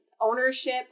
ownership